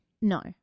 No